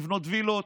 לבנות וילות